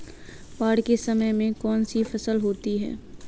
बाढ़ के समय में कौन सी फसल होती है?